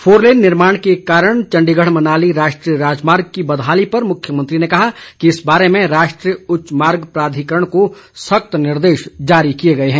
four lane निर्माण के कारण चण्डीगढ़ मनाली राष्ट्रीय राजमार्ग की बदहाली पर मुख्यमंत्री ने कहा कि इस बारे में राष्ट्रीय उच्च मार्ग प्राधिकरण को सख्त निर्देश जारी किए गए हैं